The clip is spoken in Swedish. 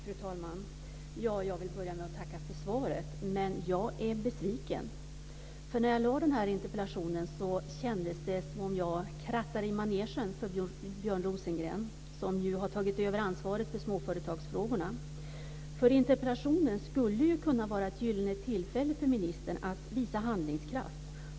Fru talman! Jag vill börja med att tacka för svaret, men jag är besviken. När jag väckte denna interpellation så kändes det nämligen som om jag krattade i manegen för Björn Rosengren, som ju har tagit över ansvaret för småföretagsfrågorna. Interpellationen skulle ju kunna vara ett gyllene tillfälle för ministern att visa handlingskraft.